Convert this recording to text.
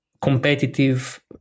competitive